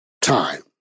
time